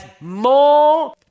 more